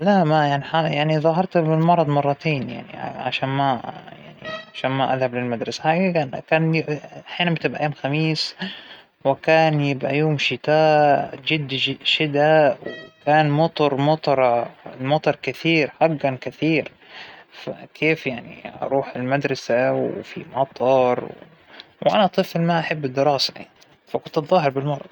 ما بعرف اش فيهم يحكوا، لكن أعتقد إنهم راح يقولون عنى شخصية قوية ومستقلة، إنهم دايم يحكون عنى هكذا حتى قدامى على مسمعى، يعنى إنه إنتى مرة شخصية قوية، مرة وحدة مستقلة، أحيانا يحكوا إنى مرة شخص عصبى، ما بعرف هذى الأسئلة هم يجاوبونى عليها أعتقد.